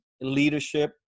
leadership